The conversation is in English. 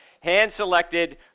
hand-selected